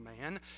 Man